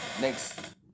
next